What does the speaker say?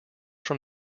from